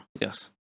Yes